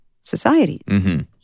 societies